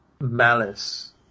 malice